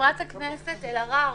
חברת הכנסת אלהרר,